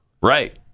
Right